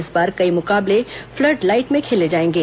इस बार कई मुकाबले फ्लड लाईट में खेले जाएंगे